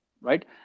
right